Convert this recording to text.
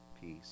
peace